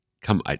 come